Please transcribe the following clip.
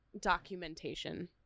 documentation